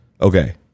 Okay